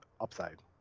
upside